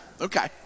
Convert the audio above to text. Okay